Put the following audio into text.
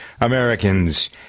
Americans